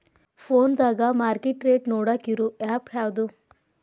ಫೋನದಾಗ market rate ನೋಡಾಕ್ ಇರು ಆ್ಯಪ್ ಯಾವದು?